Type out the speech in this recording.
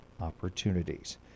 opportunities